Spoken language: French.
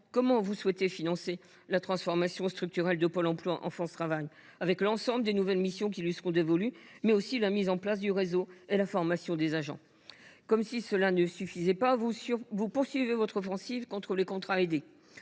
comment vous souhaitez financer la transformation structurelle de Pôle emploi en France Travail, pour assurer l’ensemble des nouvelles missions qui lui seront dévolues, mais aussi la mise en place du réseau et la formation des agents. Comme si cela ne suffisait pas, vous poursuivez votre offensive contre les contrats aidés.